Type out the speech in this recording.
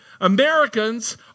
Americans